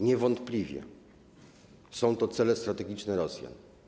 Niewątpliwie są to cele strategiczne Rosjan.